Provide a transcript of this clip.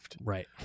right